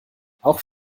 auch